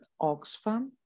Oxfam